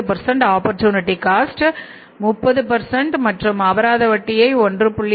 5 opportunity cost 30 மற்றும் அபராத வட்டியை 1